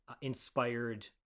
inspired